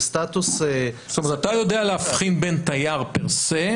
זאת אומרת אתה יודע להבחין בין תייר פר-סה,